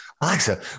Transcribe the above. Alexa